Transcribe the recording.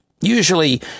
Usually